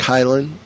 Kylan